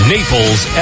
Naples